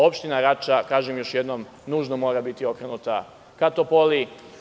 Opština Rača, kažem još jednom, nužno mora biti okrenuta ka Topoli.